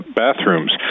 bathrooms